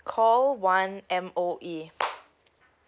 call one M_O_E